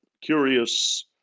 curious